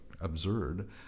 absurd